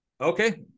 okay